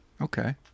Okay